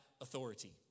authority